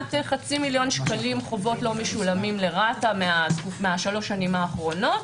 כמעט חצי מיליון שקלים חובות לא משולמים לרת"א משלוש השנים האחרונות.